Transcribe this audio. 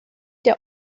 der